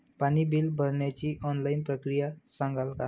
पाणी बिल भरण्याची ऑनलाईन प्रक्रिया सांगाल का?